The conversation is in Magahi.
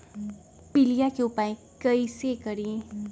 पीलिया के उपाय कई से करी?